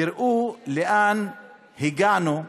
תראו לאן הגענו,